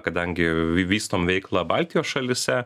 kadangi vystom veiklą baltijos šalyse